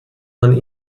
man